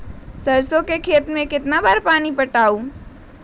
सरसों के खेत मे कितना बार पानी पटाये?